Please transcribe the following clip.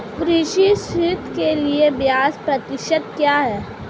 कृषि ऋण के लिए ब्याज प्रतिशत क्या है?